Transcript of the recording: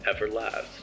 Everlast